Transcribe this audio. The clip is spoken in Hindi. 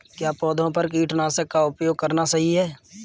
क्या पौधों पर कीटनाशक का उपयोग करना सही है?